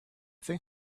think